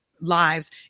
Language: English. lives